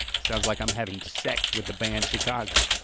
sounds like i'm having sex with the band chicago.